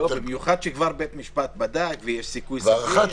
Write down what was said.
במיוחד שבית המשפט כבר בדק ויש סיכוי סביר.